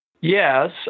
yes